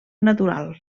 natural